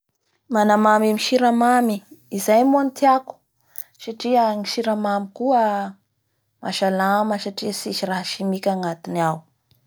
Manamamay amin'ny siramamy, izay moa ny tiako, satria ny siramamy koa, mahasalama satria, tsis rah simika ny anatiny ao,